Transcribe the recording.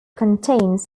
contains